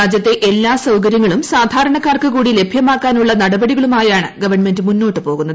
രാജ്യത്തെ എല്ലാ സൌകാര്യങ്ങളും സാധാരണക്കാർക്കു കൂടി ലഭ്യമാക്കാനുള്ള നടപടികളുമായാണ് ഗവൺമെന്റ് മുന്നോട്ടു പോകുന്നത്